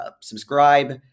subscribe